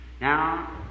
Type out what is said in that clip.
Now